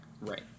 Right